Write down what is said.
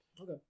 Okay